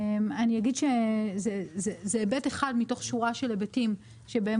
אני אגיד שזה היבט אחד מתוך שורה של היבטים שבהם